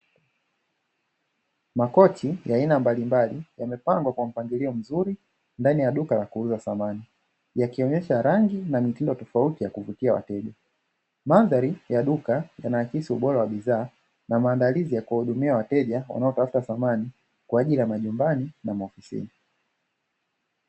Makochi ya aina mbalimbali, yamepangwa kwa mpangilio mzuri ndani ya duka la kuuza samani, yakionyesha rangi na mitindo tofauti ya kuvutia wateja. Mandhari ya duka yanaakisi ubora wa bidhaa na maandalizi ya kuwahudumia wateja wanaotafuta bidhaa kwa ajili ya majumbani na maofisini.